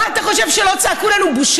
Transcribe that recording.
מה אתה חושב, שלא צעקו לנו "בושה"?